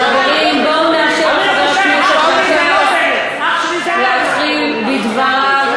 חברים, בואו נאפשר לחבר הכנסת גטאס להתחיל בדבריו.